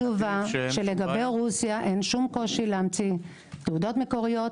שלגבי רוסיה אין שום קושי להמציא תעודות מקוריות,